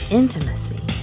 intimacy